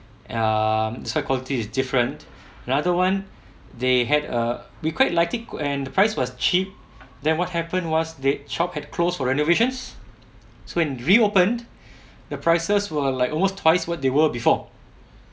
um that's why quality is different another one they had a we quite like it and the price was cheap then what happened was the shop had closed for renovations so in reopened the prices were like almost twice what they were before